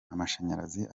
amashanyarazi